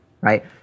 right